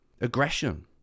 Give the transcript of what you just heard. Aggression